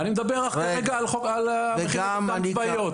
אני מדבר כרגע על המכינות הקדם צבאיות.